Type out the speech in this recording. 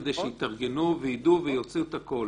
כדי שיתארגנו ויידעו ויוציאו את הכול.